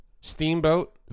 Steamboat